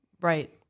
Right